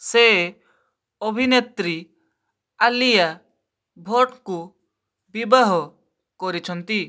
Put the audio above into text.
ସେ ଅଭିନେତ୍ରୀ ଆଲିଆ ଭଟ୍ଟଙ୍କୁ ବିବାହ କରିଛନ୍ତି